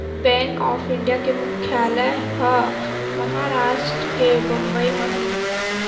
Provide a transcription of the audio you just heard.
bank of India के मुख्यालय ह महारास्ट के बंबई म हे